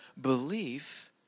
belief